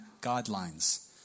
guidelines